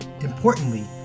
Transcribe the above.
Importantly